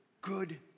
good